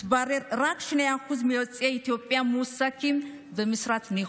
התברר שרק 2% מיוצאי אתיופיה מועסקים במשרת ניהול.